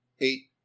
eight